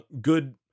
good